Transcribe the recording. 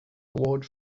award